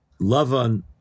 Lavan